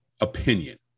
opinion